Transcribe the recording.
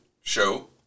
show